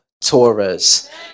Torres